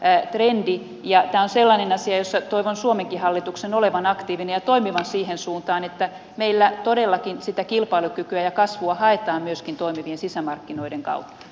tämä on sellainen asia jossa toivon suomenkin hallituksen olevan aktiivinen ja toimivan siihen suuntaan että meillä todellakin sitä kilpailukykyä ja kasvua haetaan myöskin toimivien sisämarkkinoiden kautta